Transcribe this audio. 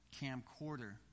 camcorder